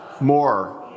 More